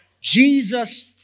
Jesus